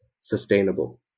sustainable